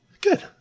Good